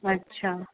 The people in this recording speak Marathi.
अच्छा